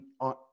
on